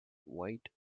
white